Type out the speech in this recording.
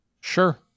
Sure